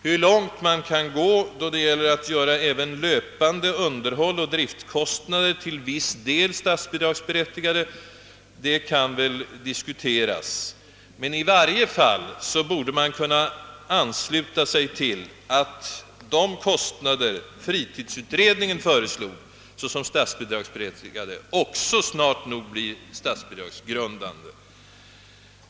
Hur långt man kan gå när det gäller att göra även löpande underhåll och driftkostnader till viss del statsbidragsberättigade kan väl diskuteras. I varje fall borde man kunna ansluta sig till tanken att de kostnader fritidsutredningen = föreslagit såsom statsbidragsberättigade också snart nog blir statsbidragsgrundande.